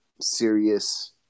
serious